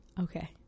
okay